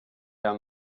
down